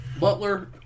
Butler